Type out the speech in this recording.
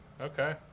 Okay